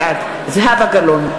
בעד זהבה גלאון,